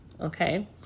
okay